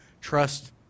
trust